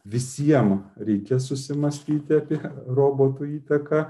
visiem reikia susimąstyti apie robotų įtaką